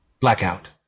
Blackout